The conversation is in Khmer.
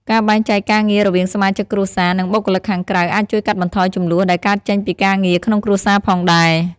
ការបែងចែកការងាររវាងសមាជិកគ្រួសារ និងបុគ្គលិកខាងក្រៅអាចជួយកាត់បន្ថយជម្លោះដែលកើតចេញពីការងារក្នុងគ្រួសារផងដែរ។